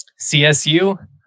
CSU